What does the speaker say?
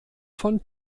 von